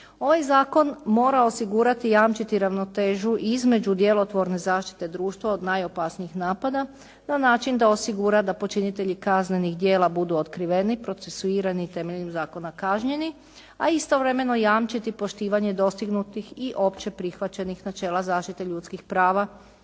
Ovaj zakon mora osigurati i jamčiti ravnotežu između djelotvorne zaštite društva od najopasnijih napada, no način da osigura da počinitelji kaznenih djela budu otkriveni, procesuirani i temeljem zakona kažnjeni, a istovremeno jamčiti poštivanje dostignutih i općeprihvaćenih načela zaštite ljudskih prava